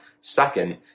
Second